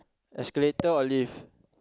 escalator or lift